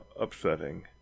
upsetting